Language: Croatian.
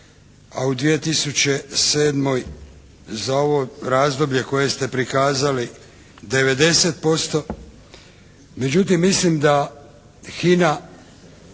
a u 2007. za ovo razdoblje koje ste prikazali 90%.